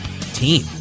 team